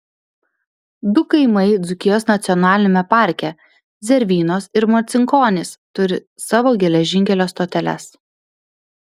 du kaimai dzūkijos nacionaliniame parke zervynos ir marcinkonys turi savo geležinkelio stoteles